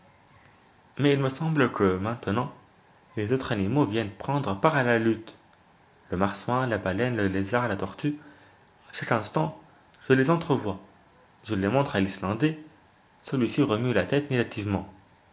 mais il me semble que maintenant les autres animaux viennent prendre part à la lutte le marsouin la baleine le lézard la tortue à chaque instant je les entrevois je les montre à l'islandais celui-ci remue la tête négativement